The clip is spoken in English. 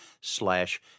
slash